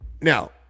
Now